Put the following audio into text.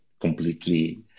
completely